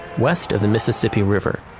west of the mississippi river,